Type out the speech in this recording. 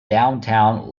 downtown